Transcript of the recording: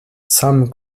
some